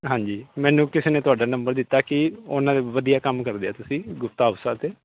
ਹਾਂਜੀ ਮੈਨੂੰ ਕਿਸੇ ਨੇ ਤੁਹਾਡਾ ਨੰਬਰ ਦਿੱਤਾ ਕਿ ਉਹਨਾਂ ਦੇ ਵਧੀਆ ਕੰਮ ਕਰਦੇ ਹੈ ਤੁਸੀਂ ਗੁਪਤਾ